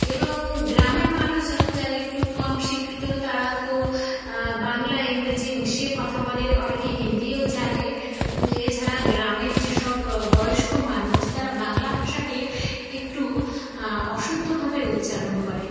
এবং গ্রামের মানুষজন যারা একটু কম শিক্ষিত তারা তো বাংলা ইংরেজি মিশিয়ে কথা বলে অনেকে হিন্দিও জানে এছাড়া গ্রামের যেসব বয়স্ক মানুষ তারা বাংলা ভাষাকে একটু অশুদ্ধভাবে উচ্চারণ করে